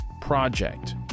Project